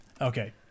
Okay